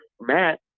Matt